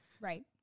Right